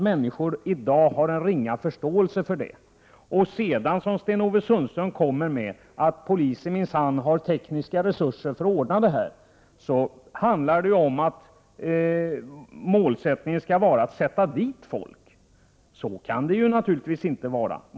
Människor har i dag en ringa förståelse för detta. När sedan Sten-Ove Sundström säger att polisen minsann har tekniska resurser för att ordna en kontroll, har man ju målsättningen att sätta dit folk. Så kan det naturligtvis inte vara.